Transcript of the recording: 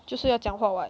就是要讲话 [what]